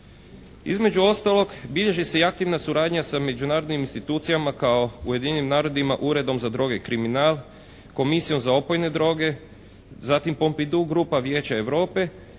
Između ostalog, bilježi se i aktivna suradnja sa međunarodnim institucijama kao Ujedinjenim narodima, Uredom za droge i kriminal, Komisijom za opojne droge, zatim Pompidu grupa Vijeća Europe